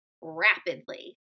rapidly